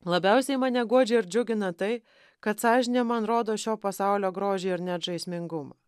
labiausiai mane guodžia ir džiugina tai kad sąžinė man rodo šio pasaulio grožį ar net žaismingumą